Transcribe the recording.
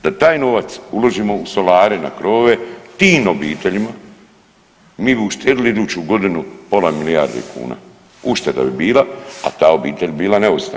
Da taj novac uložimo u solare na krovove tim obiteljima mi bi uštedili iduću godinu pola milijarde kuna, ušteda bi bila, a ta obitelj bi bila neovisna.